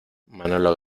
manolo